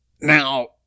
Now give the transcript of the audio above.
now